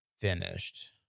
finished